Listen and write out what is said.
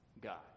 God